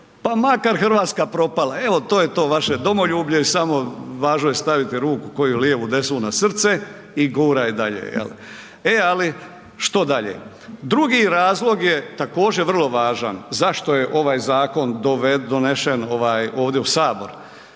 pa makar Hrvatska propala. Evo to je to vaše domoljublje i samo važno je staviti ruku, koju, lijevu, desnu na srce i guraj dalje. E ali što dalje? Drugi razlog je također vrlo važan, zašto je ovaj zakon donesen ovdje u Sabor.